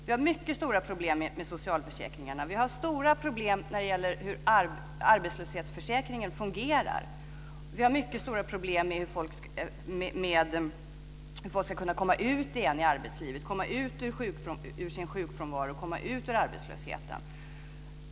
Vi har mycket stora problem med socialförsäkringarna. Vi har stora problem när det gäller hur arbetslöshetsförsäkringen fungerar. Vi har mycket stora problem med hur folk ska kunna komma ut igen i arbetslivet, komma ut ur sin sjukfrånvaro, komma ut ur arbetslösheten.